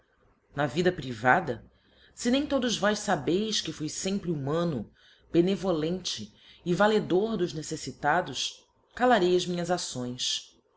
r vida privada fe nem todos vós fabeis que fui femr humano benevolente e valedor dos neceífitados caijti as minhas acções